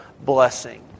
blessing